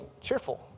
cheerful